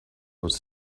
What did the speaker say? was